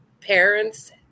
parents